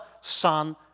Son